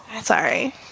Sorry